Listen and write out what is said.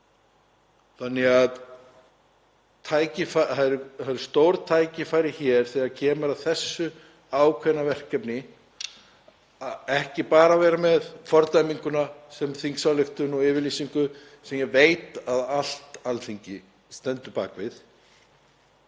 Þannig að það eru stór tækifæri hér þegar kemur að þessu ákveðna verkefni, ekki bara að vera með fordæminguna sem þingsályktun og yfirlýsingu sem ég veit að allt Alþingi stendur bak við,